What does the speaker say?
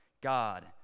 God